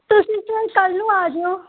ਤੁਸੀਂ ਸਰ ਕੱਲ੍ਹ ਨੂੰ ਆ ਜਾਇਓ